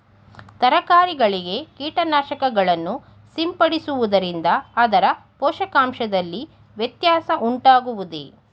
ತರಕಾರಿಗಳಿಗೆ ಕೀಟನಾಶಕಗಳನ್ನು ಸಿಂಪಡಿಸುವುದರಿಂದ ಅದರ ಪೋಷಕಾಂಶದಲ್ಲಿ ವ್ಯತ್ಯಾಸ ಉಂಟಾಗುವುದೇ?